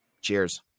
Cheers